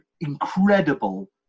incredible